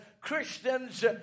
Christians